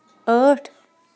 ٲٹھ